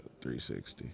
360